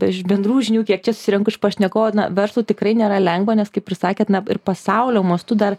iš bendrųjų žinių kiek čia susirenku iš pašnekovų na verslui tikrai nėra lengva nes kaip ir sakėt na ir pasaulio mastu dar